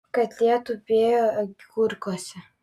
katė tupėjo agurkuose